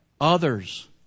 others